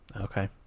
Okay